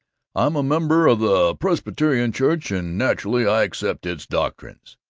i'm a member of the presbyterian church, and naturally, i accept its doctrines.